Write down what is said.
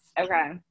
okay